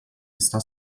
está